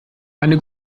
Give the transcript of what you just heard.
eine